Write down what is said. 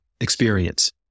experience